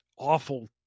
awful